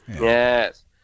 Yes